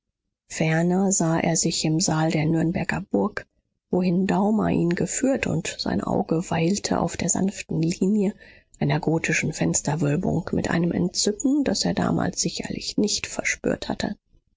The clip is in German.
ferner sah er sich im saal der nürnberger burg wohin daumer ihn geführt und sein auge weilte auf der sanften linie einer gotischen fensterwölbung mit einem entzücken das er damals sicherlich nicht verspürt hatte